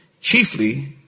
Chiefly